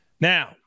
now